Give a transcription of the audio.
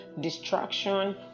distraction